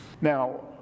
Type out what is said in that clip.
Now